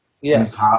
Yes